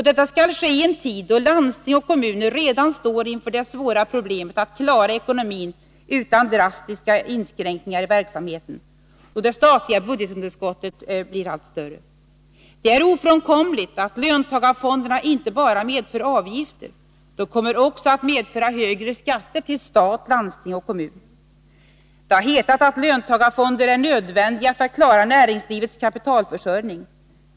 Detta skall ske i en tid då landsting och kommuner redan står inför det svåra problemet att klara ekonomin utan drastiska inskränkningar i verksamheten, och det statliga budgetunderskottet blir allt större. Det är ofrånkomligt att löntagarfonderna inte bara medför avgifter, de kommer även att medföra högre skatter till stat, landsting och kommun. Det har hetat att löntagarfonder är nödvändiga för att klara näringslivets kapitalförsörjning.